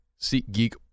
SeatGeek